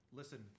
listen